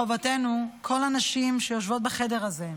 מחובתנו, כל הנשים שיושבות בחדר הזה,